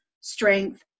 strength